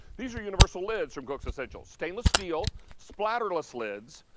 these are universal lids from cook's essentials, stainless steel spatterless lids.